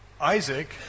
Isaac